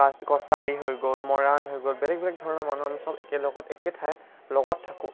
কা কছাৰী হৈ গ'ল মৰাণ হৈ গ'ল বেলেগ বেলেগ ধৰণৰ মানুহ আমি সব একেলগত একে ঠাইত লগত থাকোঁ